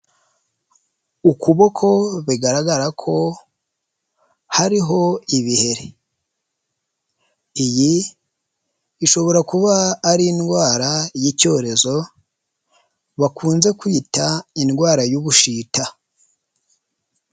Ukuboko bigaragara ko hariho ibiheri, iyi ishobora kuba ari indwara y'icyorezo bakunze kwita indwara y'ubushita.